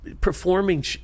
Performing